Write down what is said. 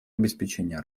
обеспечение